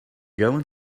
going